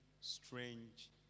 strange